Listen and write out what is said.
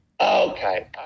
Okay